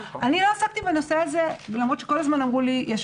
לא עסקתי בנושא הזה למרות שכל הזמן אמרו לי שיש